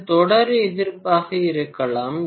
அது தொடர் எதிர்ப்பாக இருக்கலாம்